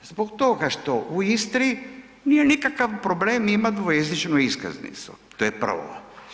Zbog toga što u Istri nije nikakav problem imat dvojezičnu iskaznicu, to je prvo.